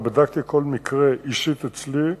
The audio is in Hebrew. ובדקתי כל מקרה אישית אצלי,